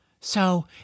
So